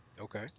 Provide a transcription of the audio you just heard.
Okay